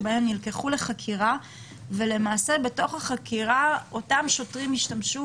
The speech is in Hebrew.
שנלקחו לחקירה ובתוך החקירה השוטרים השתמשו